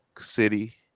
city